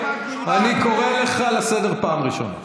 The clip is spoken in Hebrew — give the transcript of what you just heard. אני קורא אותך לסדר פעם ראשונה.